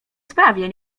sprawie